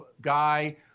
guy